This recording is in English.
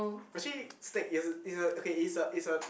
actually stake is is a okay is a is a